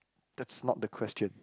that's not the question